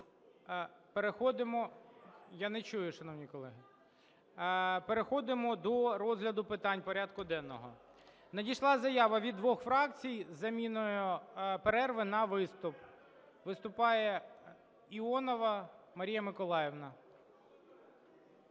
Переходимо до розгляду питань порядку денного. Надійшла заява від двох фракцій з заміною перерви на виступ. Виступає Іонова Марія Миколаївна.